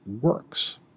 works